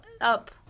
up